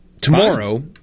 Tomorrow